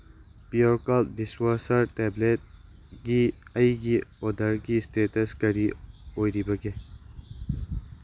ꯄꯤꯌꯣꯔꯀꯜꯠ dishwasher ꯇꯦꯕ꯭ꯂꯦꯠꯛꯤ ꯑꯩꯒꯤ ꯑꯣꯗꯔꯒꯤ ꯏꯁꯇꯦꯇꯁ ꯀꯔꯤ ꯑꯣꯏꯔꯤꯕꯒꯦ